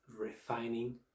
refining